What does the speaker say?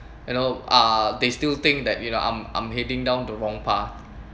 you know uh they still think that you know I'm I'm heading down the wrong path